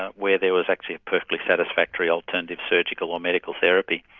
ah where there was actually a perfectly satisfactory alternative surgical or medical therapy.